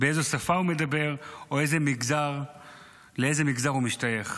באיזה שפה הוא מדבר או לאיזה מגזר הוא משתייך.